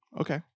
okay